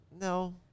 No